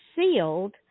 sealed